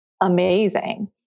amazing